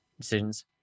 decisions